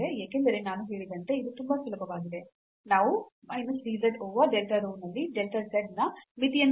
ಏಕೆಂದರೆ ನಾನು ಹೇಳಿದಂತೆ ಇದು ತುಂಬಾ ಸುಲಭವಾಗಿದೆ ನಾವು minus dz over delta rho ನಲ್ಲಿ delta z ನ ಮಿತಿಯನ್ನು ಕಂಡುಕೊಳ್ಳುತ್ತೇವೆ